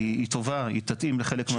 היא טובה, היא תתאים לחלק מהמקומות.